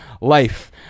life